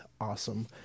awesome